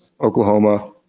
Oklahoma